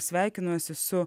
sveikinuosi su